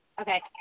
Okay